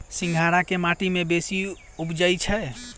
सिंघाड़ा केँ माटि मे बेसी उबजई छै?